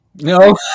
No